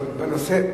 על שתיהן.